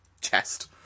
chest